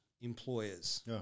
employers